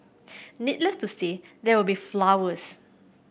needless to say there will be flowers